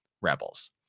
Rebels